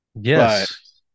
Yes